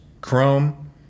Chrome